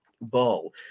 ball